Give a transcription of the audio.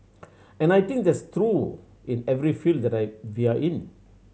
and I think that's true in every field that are we are in